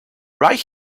right